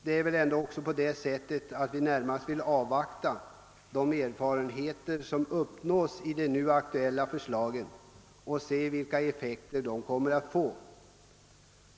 Vi vill närmast avvakta de erfarenheter som kommer att göras sedan det nu aktuella förslaget har genomförts och vi fått se vilka effekter det kommer att få.